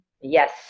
Yes